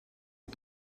een